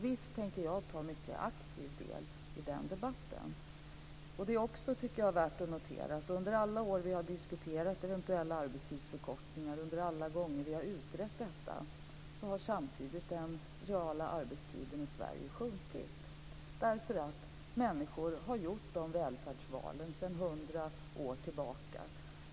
Visst tänker jag ta mycket aktiv del i den debatten. Jag tycker också att det är värt att notera att under alla år vi har diskuterat eventuella arbetstidsförkortningar, alla gånger vi har utrett detta har samtidigt den reala arbetstiden i Sverige sjunkit därför att människor har gjort de välfärdsvalen sedan 100 år tillbaka.